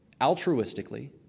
altruistically